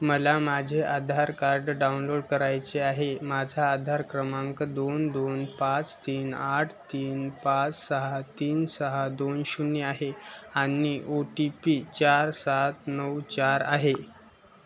मला माझे Aadhaar card download करायचे आहे माझा आधार क्रमांक दोन दोन पाच तीन आठ तीन पाच सहा तीन सहा दोन शून्य आहे आणि ओ टी पी चार सात नऊ चार आहे